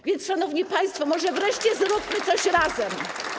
A więc, szanowni państwo, może wreszcie zróbmy coś razem.